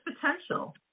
potential